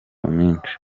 mwinshi